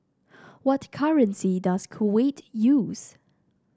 what currency does Kuwait use